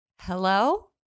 hello